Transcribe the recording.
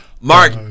Mark